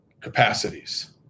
capacities